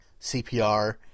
CPR